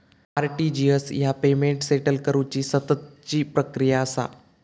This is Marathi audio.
आर.टी.जी.एस ह्या पेमेंट सेटल करुची सततची प्रक्रिया असा